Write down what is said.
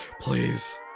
Please